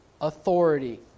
authority